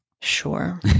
Sure